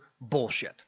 bullshit